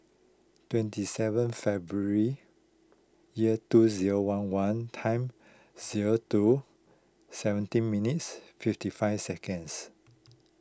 twenty seven February year two zero one one time zero two seventeen minutes fifty five seconds